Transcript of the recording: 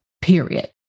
period